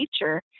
nature